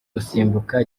gusimbuka